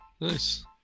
Nice